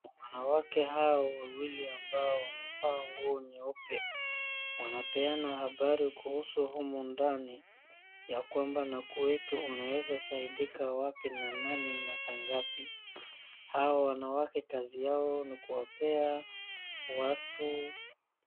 Wanawake hao wawili ambao wamevaa nguo nyeupe wanapeana habari kuhusu humu ndani ya kwamba nakueti unaweza saidika wapi na nani na saa ngapi. Hawa wanawake kazi yao ni kuwapea watu.